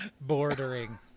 bordering